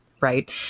right